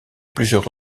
plusieurs